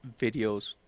videos